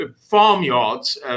farmyards